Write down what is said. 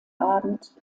abend